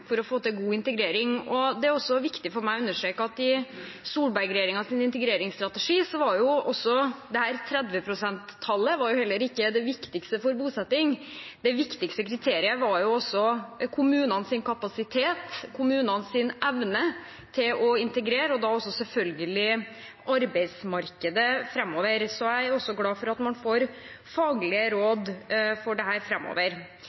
for å få til god integrering. Det er også viktig for meg å understreke at i Solberg-regjeringens integreringsstrategi var dette 30 pst.-tallet heller ikke det viktigste for bosetting. Det viktigste kriteriet var kommunenes kapasitet, kommunenes evne til å integrere og da selvfølgelig arbeidsmarkedet framover. Jeg er også glad for at man får faglige